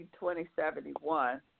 2071